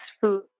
food